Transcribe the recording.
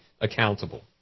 accountable